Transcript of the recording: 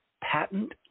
patent